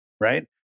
right